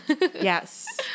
Yes